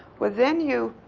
well, then you.